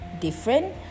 different